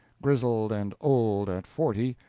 grizzled and old at forty,